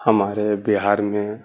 ہمارے بہار میں